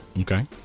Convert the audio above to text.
Okay